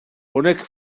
honek